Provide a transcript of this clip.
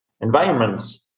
environments